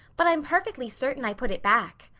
but i'm perfectly certain i put it back.